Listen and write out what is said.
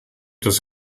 das